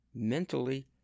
Mentally